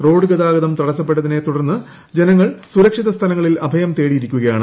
road ഗതാഗതം തടസ്സപ്പെട്ടതിനെ തുടർന്ന് ജനങ്ങൾ സുരക്ഷിത സ്ഥലങ്ങളിൽ അഭയം തേടിയിരിക്കുകയാണ്